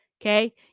Okay